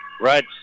Right